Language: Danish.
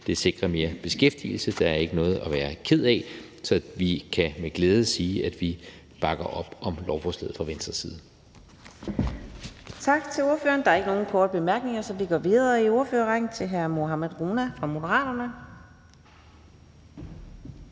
det sikrer mere beskæftigelse. Der er ikke noget at være ked af. Så vi kan med glæde sige, at vi bakker op om lovforslaget fra Venstres side. Kl. 15:15 Fjerde næstformand (Karina Adsbøl): Tak til ordføreren. Der er ikke nogen korte bemærkninger, så vi går videre i ordførerrækken til hr. Mohammad Rona fra Moderaterne.